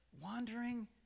wandering